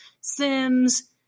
sims